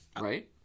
Right